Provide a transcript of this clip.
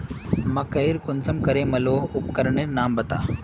मकई कुंसम मलोहो उपकरनेर नाम बता?